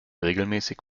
regelmäßig